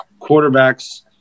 quarterbacks